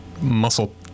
muscle